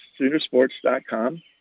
Soonersports.com